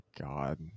God